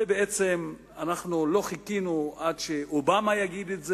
בעצם לא חיכינו עד שאובמה יגיד את זה,